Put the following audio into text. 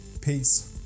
peace